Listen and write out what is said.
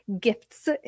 gifts